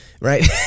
Right